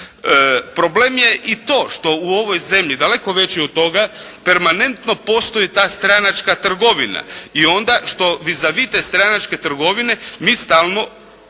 Problem je i to što u ovoj zemlji, daleko veći od toga, permanentno postoje ta stranačka trgovina. I onda što vis a vis te stranačke trgovine mi stalno